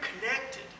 connected